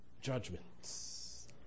judgments